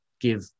give